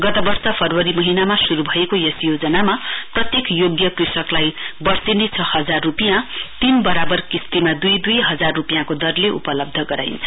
गत वर्ष फरवरी महीनामा श्रू भएको यस योजनामा प्रत्येक योग्य कृषकलाई वर्षेनी छ हजार रूपियाँ तीन बराबर किश्तीमा दुई दुई हजार रूपियाँको दरले उपलब्ध गराइन्छ